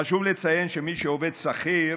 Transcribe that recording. חשוב לציין שמי שהוא עובד שכיר,